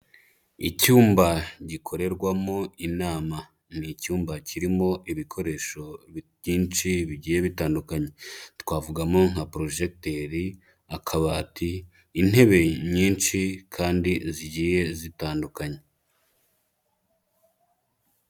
Icyumba gikorerwamo inama. Ni icyumba kirimo ibikoresho byinshi bigiye bitandukanye. Twavugamo nka projecter, akabati, intebe nyinshi kandi zigiye zitandukanye.